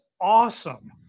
awesome